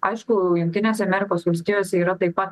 aišku jungtinėse amerikos valstijose yra taip pat